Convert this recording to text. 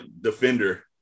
defender